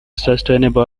sustainable